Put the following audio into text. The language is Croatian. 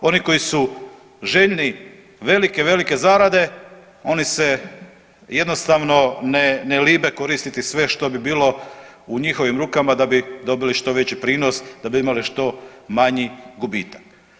Oni koji su željni velike, velike zarade oni se jednostavno ne, ne libe koristiti sve što bi bilo u njihovim rukama da bi dobili što veći prinos, da bi imali što manji gubitak.